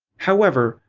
however,